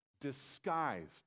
disguised